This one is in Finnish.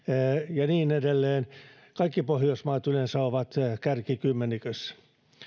ja niin edelleen kaikki pohjoismaat ovat yleensä kärkikymmenikössä